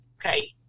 Okay